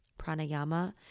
pranayama